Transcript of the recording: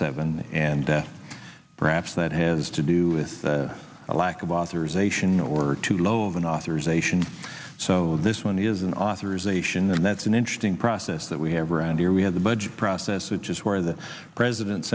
seven and perhaps that has to do with a lack of authorization or too low of an authorization so this money is an authorization and that's an interesting process that we have around here we have the budget process which is where the president